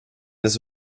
this